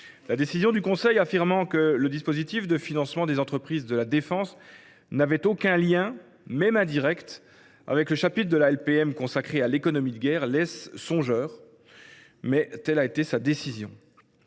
L’analyse selon laquelle le dispositif de financement des entreprises de la défense n’avait aucun lien, même indirect, avec le chapitre de la LPM consacré à « l’économie de guerre » laisse songeur. Mais telle a été la décision